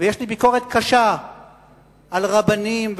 ויש לי ביקורת קשה על רבנים,